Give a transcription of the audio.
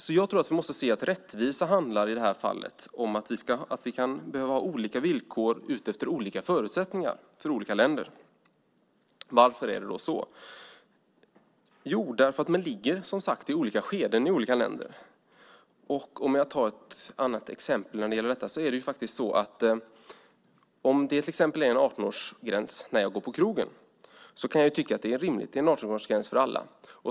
Jag tror därför att vi måste se att rättvisa i det här fallet handlar om att vi kan behöva ha olika villkor utifrån olika länders olika förutsättningar. Varför är det då så? Olika länder befinner sig som sagt var i olika skeden. Ett annat exempel när det gäller detta kan vara att om det är en 18-årsgräns när jag går på krogen så kan jag tycka att det är rimligt. Det är 18-årsgräns för alla.